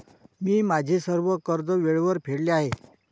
मी माझे सर्व कर्ज वेळेवर फेडले आहे